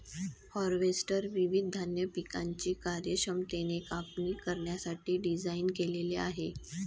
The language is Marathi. हार्वेस्टर विविध धान्य पिकांची कार्यक्षमतेने कापणी करण्यासाठी डिझाइन केलेले आहे